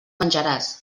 menjaràs